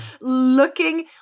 looking